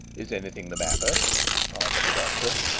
is anything the matter asked the doctor,